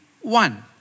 one